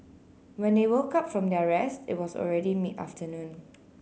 when they woke up from their rest it was already mid afternoon